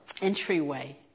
entryway